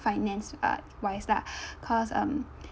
finance uh wise lah cause um